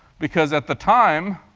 because at the time,